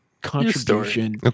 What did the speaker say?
contribution